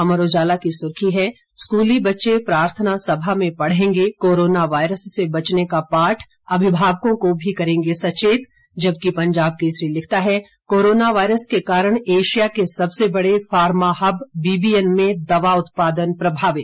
अमर उजाला की सुर्खी है स्कूली बच्चे प्रार्थना सभा में पढ़ेंगे कोरोना वायरस से बचने का पाठ अभिभावकों को भी करेंगे सचेत जबकि पंजाब केसरी लिखता है कोरोना वायरस के कारण एशिया के सबसे बड़े फार्मा हब बीबीएन में दवा उत्पादन प्रभावित